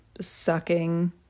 sucking